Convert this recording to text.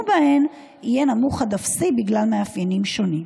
בהן יהיה נמוך עד אפסי בגלל מאפיינים שונים.